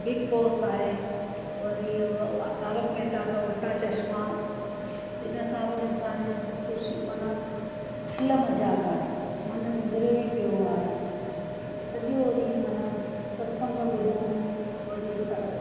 big Boss आहे वरी उहो तारक मेहता का उल्टा चश्मा इन सां पोइ असांजो ख़ुशी माना खिल मजाक आए मन विंद्रे ई पियो आहे सॼो ॾींहुं माना सत्संग ॿुधूं वरी स